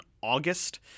August